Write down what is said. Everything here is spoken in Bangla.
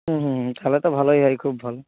হুম হুম হুম তাহলে তো ভালোই হয় খুবভাবে